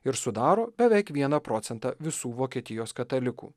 ir sudaro beveik vieną procentą visų vokietijos katalikų